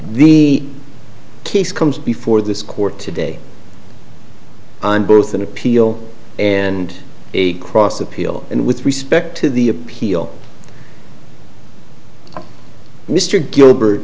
the case comes before this court today on both an appeal and a cross appeal and with respect to the appeal of mr gilbert